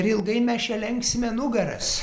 ar ilgai mes čia lenksime nugaras